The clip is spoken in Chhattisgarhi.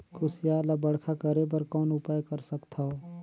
कुसियार ल बड़खा करे बर कौन उपाय कर सकथव?